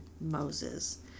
Moses